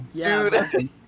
Dude